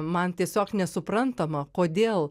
man tiesiog nesuprantama kodėl